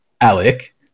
Alec